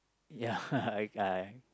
ya I I